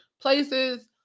places